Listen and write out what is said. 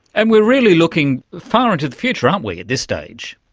and we're really looking far into the future, aren't we, at this stage?